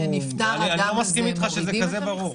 כשנפטר אדם מורידים את המכסה?